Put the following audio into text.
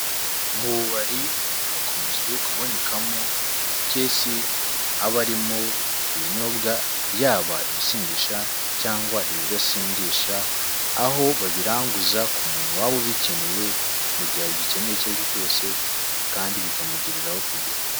Mu bubari hakunze kubonekamo amakesi aba arimo ibinyobwa yaba ibisindisha cyangwa ibidasindisha, aho babiranguza ku muntu waba ubikeneye mu gihe abigikeneye icyo ari cyo cyose kandi bikamugereraho ku gihe.